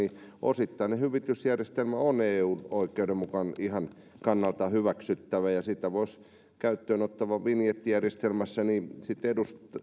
osittainen hyvitysjärjestelmä on eu oikeuden kannalta hyväksyttävä ja se voisi käyttöön otettavassa vinjettijärjestelmässä